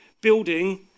building